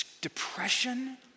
depression